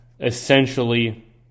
essentially